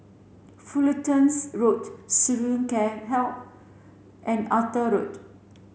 Fullertons Road Student Care Health and Arthur Road